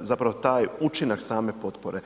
zapravo taj učinak same potpore.